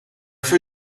feu